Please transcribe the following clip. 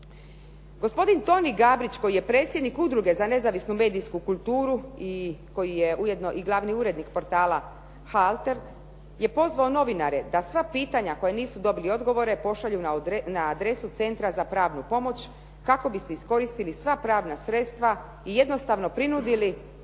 Gospodin Toni Gabrić koji je predsjednik Udruge za nezavisnu medijsku kulturu i koji je ujedno i glavni urednik portala "Halter" je pozvao novinare da sva pitanja koja nisu dobili odgovore pošalju na adresu Centra za pravnu pomoć kako bi se iskoristila sva pravna sredstva i jednostavno prinudili